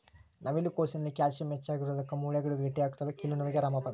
ನವಿಲು ಕೋಸಿನಲ್ಲಿ ಕ್ಯಾಲ್ಸಿಯಂ ಹೆಚ್ಚಿಗಿರೋದುಕ್ಕ ಮೂಳೆಗಳು ಗಟ್ಟಿಯಾಗ್ತವೆ ಕೀಲು ನೋವಿಗೆ ರಾಮಬಾಣ